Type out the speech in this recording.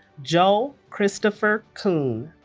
joel kristopher koon